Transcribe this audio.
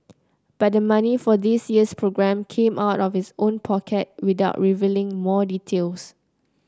but the money for this year's programme came out of his own pocket without revealing more details